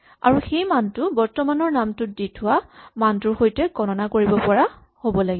আৰু সেই মানটো বৰ্তমানৰ নামটোত দি থোৱা মানটোৰ সৈতে গণনা কৰিব পৰা হ'ব লাগিব